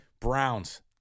Browns